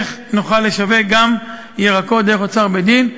איך נוכל לשווק גם ירקות דרך אוצר בית-דין.